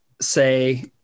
say